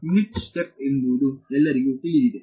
unit step ಎಂಬುದು ಎಲ್ಲರಿಗೂ ತಿಳಿದಿದೆ